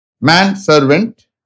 man-servant